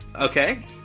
Okay